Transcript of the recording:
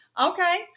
Okay